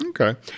Okay